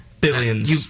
Billions